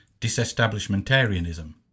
disestablishmentarianism